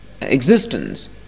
existence